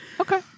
okay